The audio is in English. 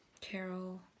Carol